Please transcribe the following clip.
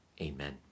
Amen